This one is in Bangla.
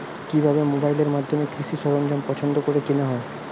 কিভাবে মোবাইলের মাধ্যমে কৃষি সরঞ্জাম পছন্দ করে কেনা হয়?